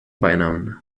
beinamen